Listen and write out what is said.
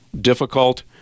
difficult